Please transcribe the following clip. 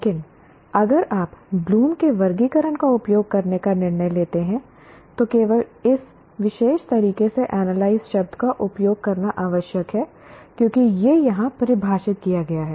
लेकिन अगर आप ब्लूम के वर्गीकरण का उपयोग करने का निर्णय लेते हैं तो केवल इस विशेष तरीके से एनालाइज शब्द का उपयोग करना आवश्यक है क्योंकि यह यहां परिभाषित किया गया है